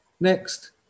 next